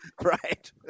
Right